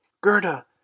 Gerda